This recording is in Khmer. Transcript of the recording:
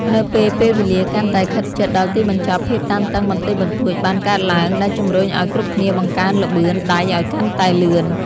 នៅពេល ពេលវេលាកាន់តែខិតជិតដល់ទីបញ្ចប់ ភាពតានតឹងបន្តិចបន្តួចបានកើតឡើង ដែលជម្រុញឱ្យគ្រប់គ្នាបង្កើនល្បឿនដៃឱ្យកាន់តែលឿន។